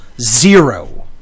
Zero